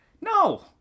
No